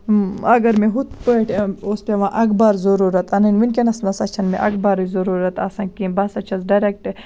اَگر مےٚ ہُتھ پٲٹھۍ اوس پیٚوان اَکبر ضروٗرت اَنٕنۍ ؤنکیٚنس ہسا چھےٚ نہٕ مےٚ اَکبارٕچ ضروٗرت آسان کیٚنہہ بہٕ سا چھَس ڈریکٹ